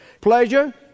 pleasure